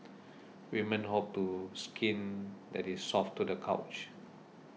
women hope to skin that is soft to the couch